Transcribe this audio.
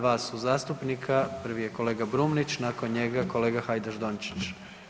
Dva su zastupnika, prvi je kolega Brumnić, nakon njega kolega Hajdaš Dončić.